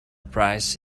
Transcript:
prize